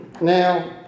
Now